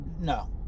No